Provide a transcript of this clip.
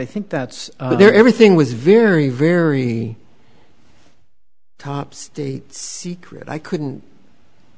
i think that's there everything was very very top state secret i couldn't